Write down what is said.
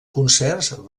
concerts